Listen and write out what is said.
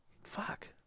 Fuck